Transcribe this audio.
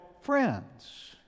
friends